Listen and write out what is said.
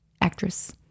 actress